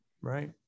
right